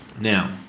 Now